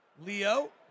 Leo